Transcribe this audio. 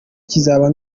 kizaba